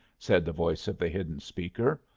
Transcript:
said the voice of the hidden speaker,